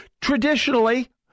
traditionally